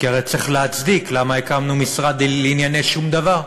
כי הרי צריך להצדיק למה הקמנו משרד לענייני שום דבר.